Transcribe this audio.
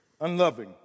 unloving